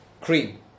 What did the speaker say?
cream